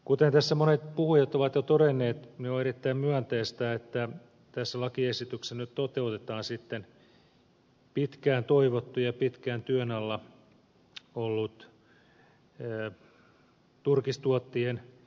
kuten tässä monet puhujat ovat jo todenneet on erittäin myönteistä että tässä lakiesityksessä nyt toteutetaan pitkään toivottu ja pitkään työn alla ollut turkistuottajien lomaoikeus